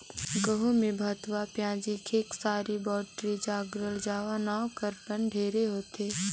गहूँ में भथुवा, पियाजी, खेकसारी, बउटरी, ज्रगला जावा नांव कर बन ढेरे होथे